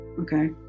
okay